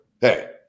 Hey